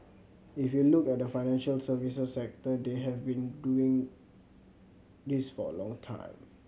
if you look at the financial services sector they have been doing this for a long time